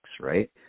right